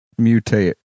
mutate